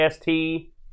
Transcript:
ST